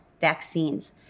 vaccines